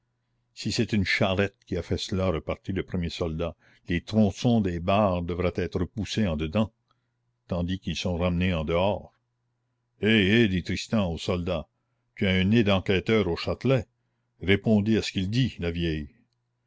si c'est une charrette qui a fait cela repartit le premier soldat les tronçons des barres devraient être repoussés en dedans tandis qu'ils sont ramenés en dehors hé hé dit tristan au soldat tu as un nez d'enquêteur au châtelet répondez à ce qu'il dit la vieille